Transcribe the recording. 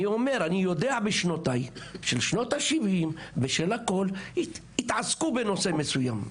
אני יודע משנותיי, בשנות ה-70 התעסקו בנושא מסוים.